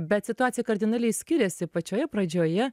bet situacija kardinaliai skiriasi pačioje pradžioje